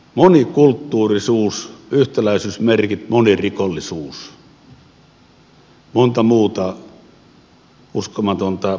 monikulttuurisuus monirikollisuus monta muuta uskomatonta pelkistystä